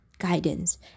guidance